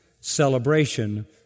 celebration